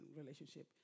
relationship